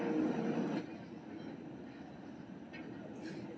retail banking कें उपभोक्ता banking या व्यक्तिगत बैंकिंग सेहो कहल जाइ छै